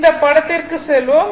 இந்த படத்திற்கு செல்வோம்